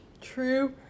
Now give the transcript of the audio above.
True